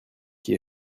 qui